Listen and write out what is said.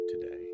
today